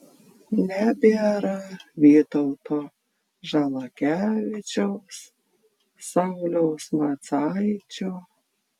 nebėra vytauto žalakevičiaus sauliaus macaičio